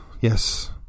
yes